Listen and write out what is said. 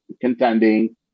contending